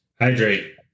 hydrate